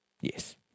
Yes